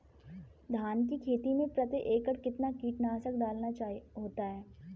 धान की खेती में प्रति एकड़ कितना कीटनाशक डालना होता है?